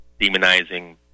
demonizing